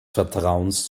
vertrauens